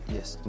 Yes